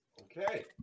Okay